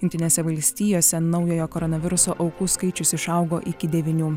jungtinėse valstijose naujojo koronaviruso aukų skaičius išaugo iki devynių